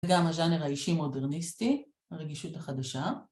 זה גם הז'אנר האישי מודרניסטי, הרגישות החדשה.